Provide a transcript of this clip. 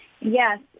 Yes